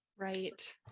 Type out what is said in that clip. Right